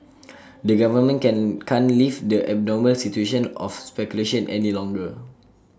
the government can can't leave the abnormal situation of speculation any longer